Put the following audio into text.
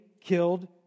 killed